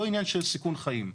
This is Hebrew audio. לא עניין של סיכון חיים.